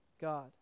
God